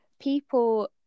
people